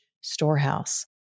storehouse